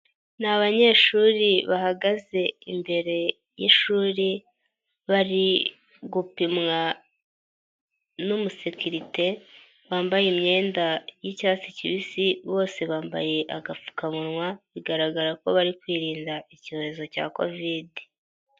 Ni abanyeshuri bahagaze imbere y'ishuri, bari gupimwa n'umusekirite wambaye imyenda y'icyatsi kibisi, bose bambaye agapfukamunwa, bigaragara ko bari kwirinda icyorezo cya Kovidi.